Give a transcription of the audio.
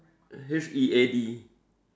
H E A D